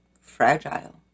Fragile